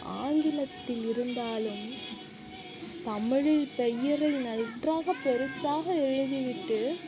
ஆங்கிலத்தில் இருந்தாலும் தமிழில் பெயரை நன்றாக பெருசாக எழுதிவிட்டு